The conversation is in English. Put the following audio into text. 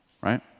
right